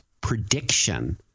prediction